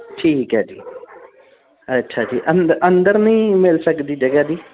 ਠੀਕ ਹੈ ਜੀ ਅੱਛਾ ਜੀ ਅੰਦ ਅੰਦਰ ਨਹੀਂ ਮਿਲ ਸਕਦੀ ਜਗ੍ਹਾ ਜੀ